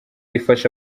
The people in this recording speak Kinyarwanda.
ifasha